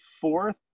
fourth